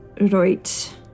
Right